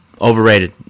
overrated